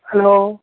hello